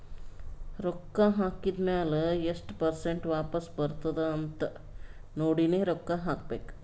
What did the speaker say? ರೊಕ್ಕಾ ಹಾಕಿದ್ ಮ್ಯಾಲ ಎಸ್ಟ್ ಪರ್ಸೆಂಟ್ ವಾಪಸ್ ಬರ್ತುದ್ ಅಂತ್ ನೋಡಿನೇ ರೊಕ್ಕಾ ಹಾಕಬೇಕ